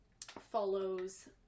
follows